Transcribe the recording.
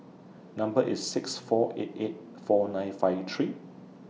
Number IS six four eight eight four nine five three